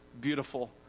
beautiful